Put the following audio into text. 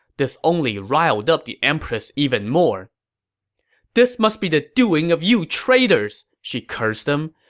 this only riled up the empress even more this must be the doing of you traitors! she cursed them.